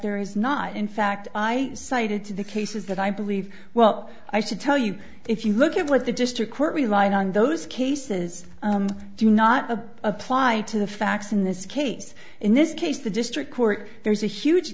there is not in fact i cited to the cases that i believe well i should tell you if you look at what the district court relied on those cases do not a apply to the facts in this case in this case the district court there's a huge